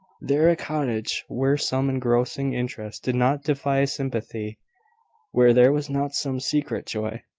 there a cottage where some engrossing interest did not defy sympathy where there was not some secret joy,